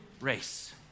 race